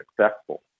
successful